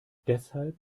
deshalb